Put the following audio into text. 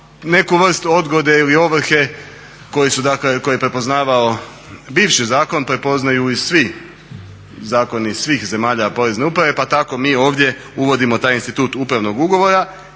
neku vrst odgode ili ovrhe koju su dakle, koju je prepoznavao bivši zakon prepoznaju i svi zakoni svih zemalja porezne uprave, pa tak mi ovdje uvodimo taj institut upravnog ugovora